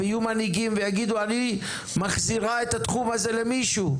יהיו מנהיגים ויגידו: "אני מחזירה את התחום הזה למישהו.